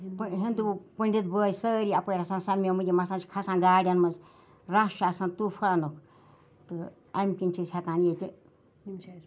ہِندوٗ پنٛڈِت بٲے سٲری اَپٲرۍ آسان سَمیمٕتۍ یِم آسان چھِ کھَسان گاڑٮ۪ن مَنٛز رَش چھُ آسان طوٗفانُک تہٕ امہِ کِنۍ چھِ أسۍ ہیٚکان ییٚتہِ